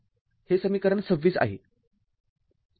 हे समीकरण २६ आहे